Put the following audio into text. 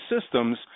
systems